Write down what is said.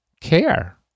care